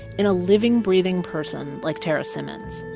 in a living, breathing person, like tarra simmons,